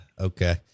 Okay